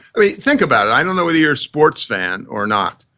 i mean think about it. i don't know whether you're a sports fan or not,